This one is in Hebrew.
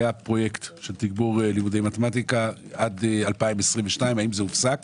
היה פרויקט של לימודי תגבור מתמטיקה עד 2022. האם זה הופסק